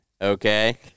okay